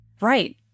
Right